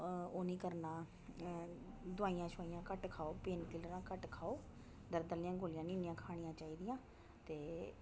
ओह् नी करना दवाइयां छवाइयां घट्ट खाओ पेन किल्लरां घट्ट खाओ दरदां आह्लियां गोलियां नी इन्नियां खानियां चाहिदियां ते